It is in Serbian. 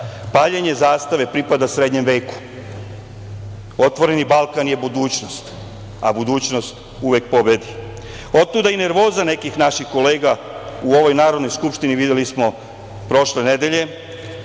Zajev. Paljenje zastave pripada srednjem veku. „Otvoreni Balkan“ je budućnost, a budućnost uvek pobedi. Otuda i nervoza nekih naših kolega u ovoj Narodnoj skupštini, videli smo prošle nedelje,